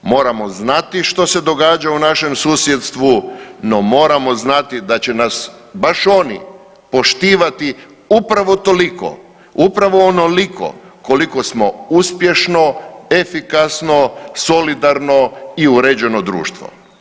Moramo znati što se događa u našem susjedstvu, no moramo znati da će nas baš oni poštivati upravo toliko, upravo onoliko koliko smo uspješno, efikasno, solidarno i uređeno društvo.